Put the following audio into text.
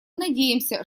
надеемся